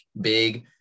big